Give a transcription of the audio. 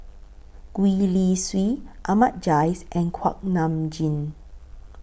Gwee Li Sui Ahmad Jais and Kuak Nam Jin